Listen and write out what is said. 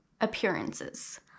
appearances